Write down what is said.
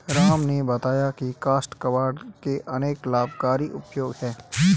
राम ने बताया की काष्ठ कबाड़ के अनेक लाभकारी उपयोग हैं